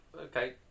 Okay